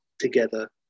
together